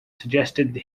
suggested